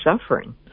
suffering